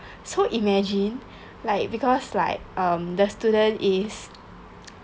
so imagine like because like um the student is